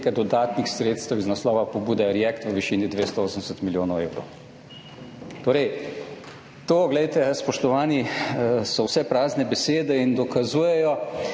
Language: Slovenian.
dodatnih sredstev iz naslova pobude React v višini 280 milijonov evrov. Torej to, glejte, spoštovani, so vse prazne besede in dokazujejo,